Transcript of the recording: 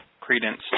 credence